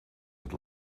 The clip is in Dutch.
het